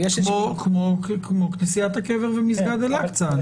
כמו כנסיית הקבר ומסגד אל אקצה.